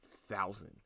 thousand